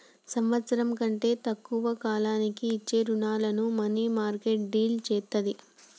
సంవత్సరం కంటే తక్కువ కాలానికి ఇచ్చే రుణాలను మనీమార్కెట్ డీల్ చేత్తది